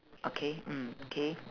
okay mm okay